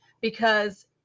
because-